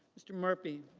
mr. murphy.